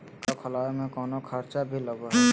खाता खोलावे में कौनो खर्चा भी लगो है?